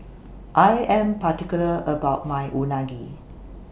I Am particular about My Unagi